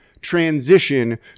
transition